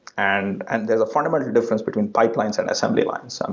and and there's a fundamental difference between pipelines and assembly lines. um